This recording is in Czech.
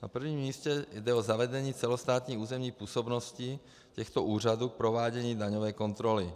Na prvním místě jde o zavedení celostátní územní působnosti těchto úřadů k provádění daňové kontroly.